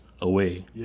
away